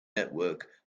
network